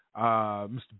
Mr